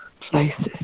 places